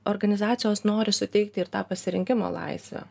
organizacijos nori suteikti ir tą pasirinkimo laisvę